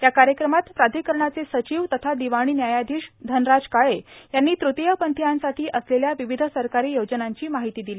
या कार्यक्रमात प्राधिकरणाचे सचिव तथा दिवाणी न्यायाधिश धनराज काळे यांनी तृतीय पंथीयांसाठी असलेल्या विविध सरकारी योजनांची माहिती दिली